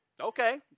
Okay